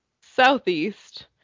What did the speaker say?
southeast